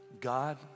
God